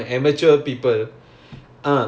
they were shocked about our play ah